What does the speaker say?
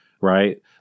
right